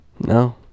no